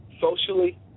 socially